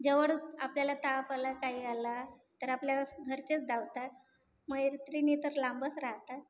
जेवडूक आपल्याला ताप आला काई आला तर आपल्यालास घरचेच दावतात मयत्रिनी तर लांबस राअतात